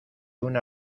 una